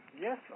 Yes